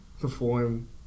perform